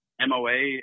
moa